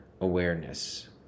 awareness